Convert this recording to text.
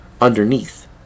underneath